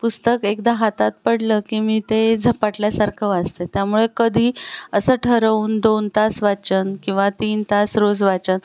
पुस्तक एकदा हातात पडलं की मी ते झपाटल्यासारखं वाचते त्यामुळे कधी असं ठरवून दोन तास वाचन किंवा तीन तास रोज वाचन